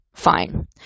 fine